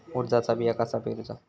उडदाचा बिया कसा पेरूचा?